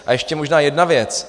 A ještě možná jedna věc.